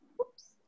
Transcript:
oops